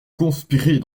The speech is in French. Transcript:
conspirer